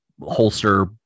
holster